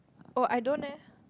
oh I don't eh